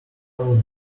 herald